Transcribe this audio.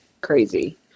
crazy